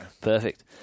Perfect